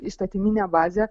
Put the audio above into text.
įstatyminę bazę